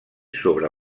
sobre